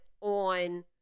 on